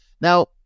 Now